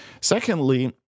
Secondly